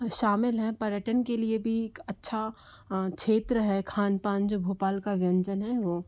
शामिल है पर्यटन के लिए भी एक अच्छा क्षेत्र है खान पान जो भोपाल का व्यंजन है वो